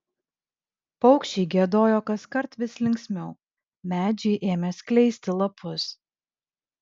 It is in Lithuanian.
paukščiai giedojo kaskart vis linksmiau medžiai ėmė skleisti lapus